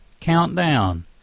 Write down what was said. Countdown